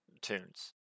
tunes